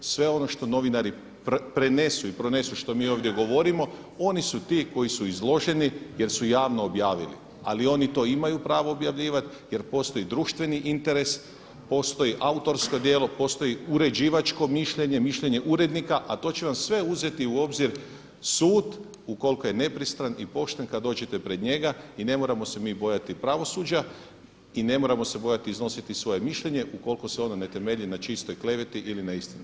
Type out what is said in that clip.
Sve ono što novinari prenesu i pronesu što mi ovdje govorimo oni su ti koji su izloženi jer su javno objavili, ali oni to imaju pravo objavljivati jer postoji društveni interes, postoji autorsko djelo, postoji uređivačko mišljenje, mišljenje urednika a to će vam sve uzeti u obzir sud ukoliko je nepristran i pošten kad dođete pored njega i ne moramo se mi bojati pravosuđa i ne moramo se bojati iznositi svoje mišljenje ukoliko se ono ne temelji na čistoj kleveti ili neistinama.